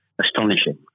astonishing